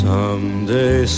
Someday